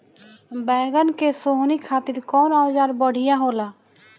बैगन के सोहनी खातिर कौन औजार बढ़िया होला?